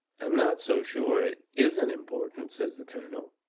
i'm not so sure it isn't important, says the colonel,